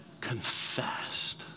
Confessed